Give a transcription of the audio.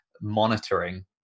monitoring